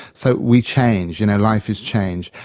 so we change, you know life is changed,